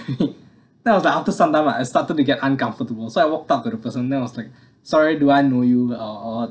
me then I was like after sometime I started to get uncomfortable so I walk up to the person then I was like sorry do I know you or or